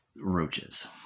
roaches